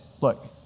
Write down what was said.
look